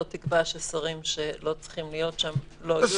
תקבע ששרים שלא צריכים להיות שם לא יהיו.